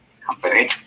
company